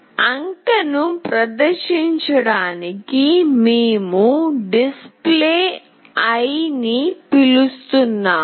అంకెను ప్రదర్శించడానికి మేము డిస్ప్లే ని పిలుస్తున్నాము